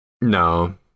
No